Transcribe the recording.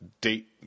date